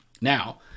Now